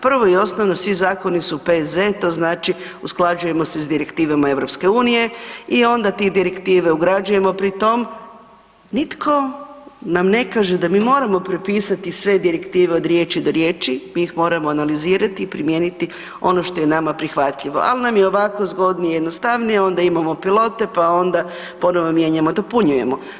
Prvo i osnovno svi zakoni su P.Z., to znači usklađujemo se s direktivama EU i onda te direktive ugrađujemo, pri tom nitko nam ne kaže da mi moramo prepisati sve direktive od riječi do riječi, mi ih moramo analizirati i primijeniti ono što je nama prihvatljivo, ali nam je ovako zgodnije i jednostavnije onda imamo pilote pa onda ponovo mijenjamo, dopunjujemo.